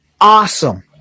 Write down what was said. awesome